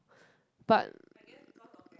but